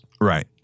Right